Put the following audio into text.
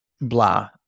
blah